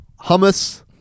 Hummus